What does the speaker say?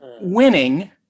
winning